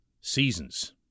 seasons